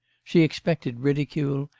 she expected ridicule,